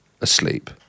asleep